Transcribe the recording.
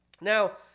Now